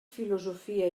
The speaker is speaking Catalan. filosofia